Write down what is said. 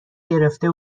گرفته